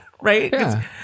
right